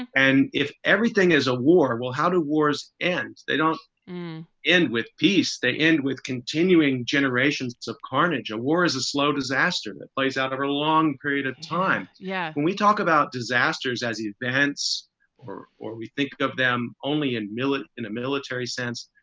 and if everything is a war, well, how two wars ends. they don't end with peace. they end with continuing generations of carnage. a war is a slow disaster that plays out over a long period of time. yeah, and we talk about disasters as events or or we think of them only in military in a military sense.